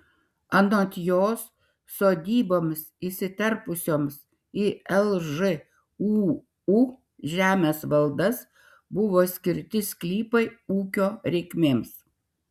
anot jos sodyboms įsiterpusioms į lžūu žemės valdas buvo skirti sklypai ūkio reikmėms